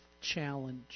challenge